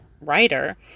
writer